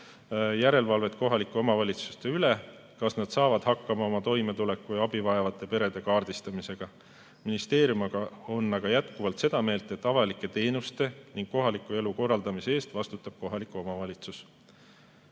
järelevalvet kohalike omavalitsuste üle, kas nad saavad hakkama toimetuleku[toetust] ja abi vajavate perede kaardistamisega. Ministeerium aga on jätkuvalt seda meelt, et avalike teenuste ning kohaliku elu korraldamise eest vastutab kohalik omavalitsus.